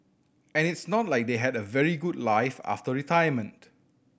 and it's not like they had a very good life after retirement